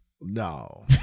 No